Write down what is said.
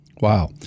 Wow